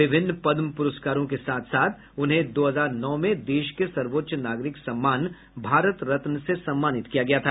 विभिन्न पद्म पुरस्कारों के साथ साथ उन्हें दो हजार नौ में देश के सर्वोच्च नागरिक सम्मान भारत रत्न से सम्मानित किया गया था